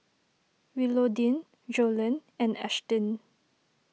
Willodean Joellen and Ashtyn